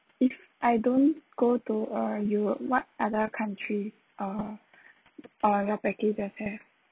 if I don't go to uh europe what other country uh are your packages have